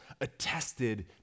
attested